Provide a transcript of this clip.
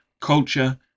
culture